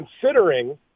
considering